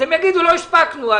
ותגידו: לא הספקנו.